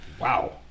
Wow